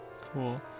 Cool